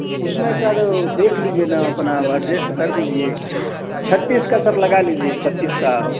उसमें सर देख लीजिए ना अपना अरजेस्ट कर दीजिए छत्तीस का सर लगा लीजिए छत्तीस का